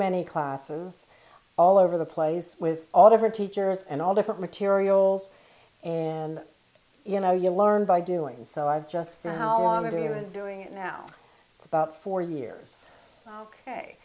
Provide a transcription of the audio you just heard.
many classes all over the place with all of her teachers and all different materials and you know you learn by doing so i just know how long ago you were and doing it now it's about four years ok